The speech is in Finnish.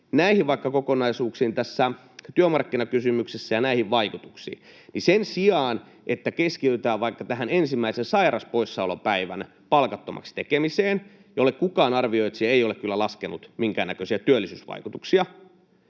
näihin kokonaisuuksiin tässä työmarkkinakysymyksessä ja näihin vaikutuksiin, niin sen sijaan, että keskitytään vaikka tähän ensimmäisen sairauspoissaolopäivän palkattomaksi tekemiseen, jolle kukaan arvioitsija ei ole kyllä laskenut minkäännäköisiä työllisyysvaikutuksia...